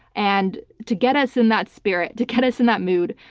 and to get us in that spirit, to get us in that mood,